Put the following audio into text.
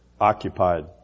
occupied